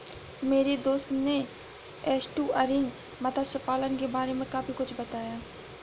मेरे दोस्त ने एस्टुअरीन मत्स्य पालन के बारे में काफी कुछ बताया